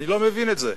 אני לא מבין את זה.